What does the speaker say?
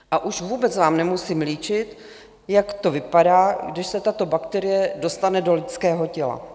A už vůbec vám nemusím líčit, jak to vypadá, když se tato bakterie dostane do lidského těla.